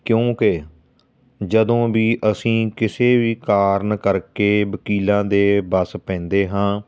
ਕਿਉਂਕਿ ਜਦੋਂ ਵੀ ਅਸੀਂ ਕਿਸੇ ਵੀ ਕਾਰਨ ਕਰਕੇ ਵਕੀਲਾਂ ਦੇ ਵੱਸ ਪੈਂਦੇ ਹਾਂ